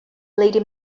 lady